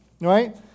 right